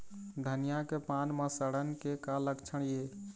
धनिया के पान म सड़न के का लक्षण ये?